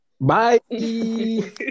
Bye